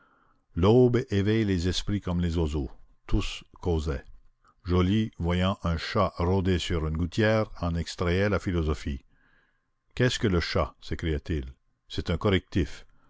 l'aube éveille les esprits comme les oiseaux tous causaient joly voyant un chat rôder sur une gouttière en extrayait la philosophie qu'est-ce que le chat s'écriait-il c'est un correctif